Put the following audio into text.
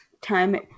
time